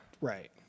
Right